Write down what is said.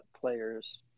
players